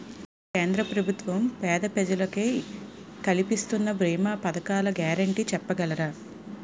కేంద్ర ప్రభుత్వం పేద ప్రజలకై కలిపిస్తున్న భీమా పథకాల గ్యారంటీ చెప్పగలరా?